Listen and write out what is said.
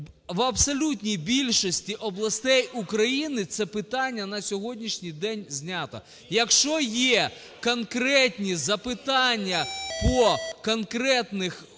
В абсолютній більшості областей України це питання на сьогоднішній день знято. Якщо є конкретні запитання по конкретних